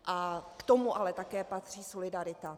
K tomu ale také patří solidarita.